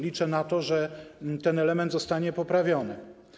Liczę na to, że ten element zostanie poprawiony.